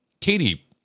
Katie